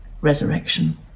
resurrection